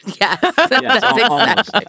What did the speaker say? Yes